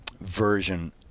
version